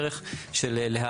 ובכלל זה מועד הפרסום לציבור,